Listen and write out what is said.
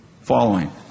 following